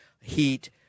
heat